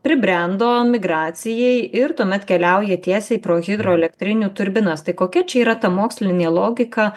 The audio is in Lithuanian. pribrendo migracijai ir tuomet keliauja tiesiai pro hidroelektrinių turbinas tai kokia čia yra ta mokslinė logika